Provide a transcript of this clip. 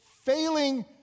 failing